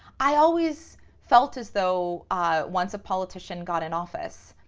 i always felt as though once a politician got in office,